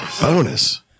Bonus